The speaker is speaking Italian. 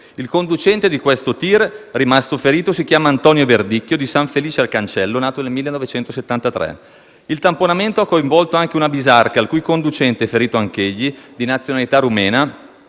Il conducente di questo tir, rimasto ferito, si chiama Antonio Verdicchio di San Felice a Cancello, nato nel 1973. Il tamponamento ha coinvolto anche una bisarca, il cui conducente, ferito anch'egli, di nazionalità rumena,